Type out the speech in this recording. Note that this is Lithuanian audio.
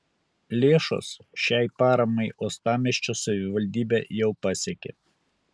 lėšos šiai paramai uostamiesčio savivaldybę jau pasiekė